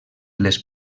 les